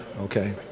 okay